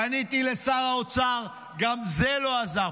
פניתי לשר האוצר, גם זה לא עזר.